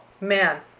man